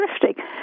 drifting